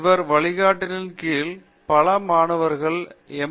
அவர் வழிகாட்டலின் கீழ் பல மாணவர்கள் எம்